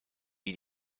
wie